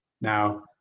Now